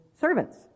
servants